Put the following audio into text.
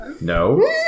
No